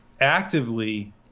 actively